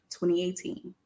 2018